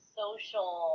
social